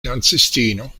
dancistino